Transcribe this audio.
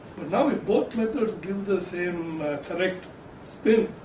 but now, if both methods give the same correct spin,